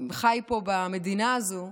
חי פה במדינה הזו,